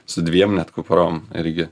su dviem net kuprom irgi